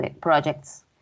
projects